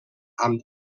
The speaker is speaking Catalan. amb